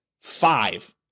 five